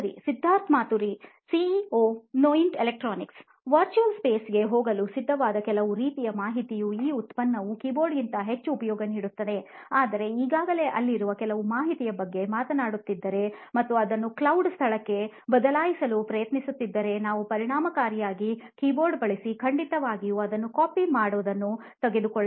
Siddharth Maturi CEO ನೋಯಿನ್ electronics virtual ಸ್ಪೇಸ್ಗೆ ಹೋಗಲು ಸಿದ್ಧವಾದ ಕೆಲವು ರೀತಿಯ ಮಾಹಿತಿಯು ಈ ಉತ್ಪನ್ನವು ಕೀಬೋರ್ಡ್ಗಿಂತ ಹೆಚ್ಚಿನ ಉಪಯೋಗ ನೀಡುತ್ತದೆ ಆದರೆ ಈಗಾಗಲೇ ಅಲ್ಲಿರುವ ಕೆಲವು ಮಾಹಿತಿಯ ಬಗ್ಗೆ ಮಾತನಾಡುತ್ತಿದ್ದರೆ ಮತ್ತು ಅದನ್ನು ಕ್ಲೌಡ್ ಸ್ಥಳಕ್ಕೆ ಬದಲಾಯಿಸಲು ಪ್ರಯತ್ನಿಸುತ್ತಿದ್ದರೆ ನಾವು ಪರಿಣಾಮಕಾರಿಯಾಗಿ ಕೀಬೋರ್ಡ್ ಬಳಸಿ ಖಂಡಿತವಾಗಿ ಅದನ್ನು copy ಮಾಡಿ ದನ್ನು ತೆಗೆದುಕೊಳ್ಳಬಹುದು